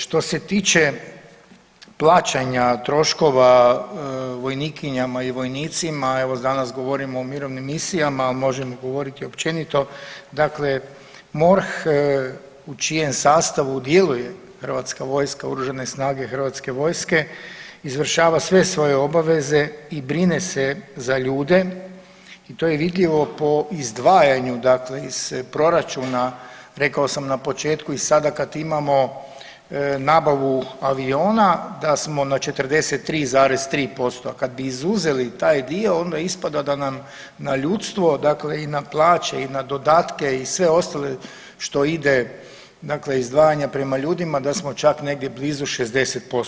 Što se tiče plaćanja troškova vojnikinjama i vojnicima, evo danas govorimo o mirovnim misijama, možemo govoriti općenito, dakle, MORH u čijem sastavu djeluje Hrvatska vojska, Oružane snage Hrvatske vojske, izvršava sve svoje obaveze i brine se za ljude i to je vidljivo po izdvajanju, dakle iz proračuna, rekao sam na početku i sada kad imamo nabavu aviona, da smo na 43,3%, kad bi izuzeli taj dio, onda ispada da nam na ljudstvo dakle i na plaće i na dodatke i sve ostalo što ide dakle izdvajanja prema ljudima, da smo čak negdje blizu 60%